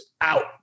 out